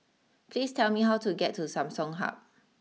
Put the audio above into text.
please tell me how to get to Samsung Hub